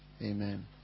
Amen